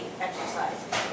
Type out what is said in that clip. exercise